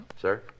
Sir